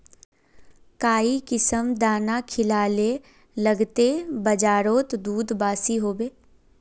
काई किसम दाना खिलाले लगते बजारोत दूध बासी होवे?